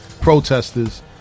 protesters